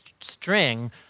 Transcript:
string